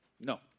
no